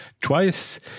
twice